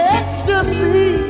ecstasy